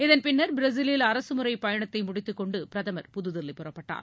இதன்பின்னர் பிரேசிலில் அரசுமுறை பயனத்தை முடித்துக்கொண்டு பிரதமர் புதுதில்லி புறப்பட்டார்